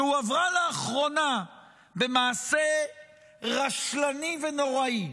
שהועברה לאחרונה במעשה רשלני ונוראי,